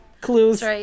Clues